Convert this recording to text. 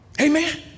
Amen